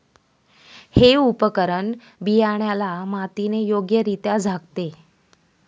हे उपकरण बियाण्याला मातीने योग्यरित्या झाकते